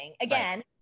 again